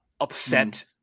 upset